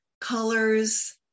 colors